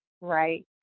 Right